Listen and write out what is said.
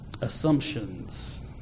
Assumptions